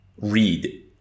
read